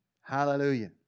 Hallelujah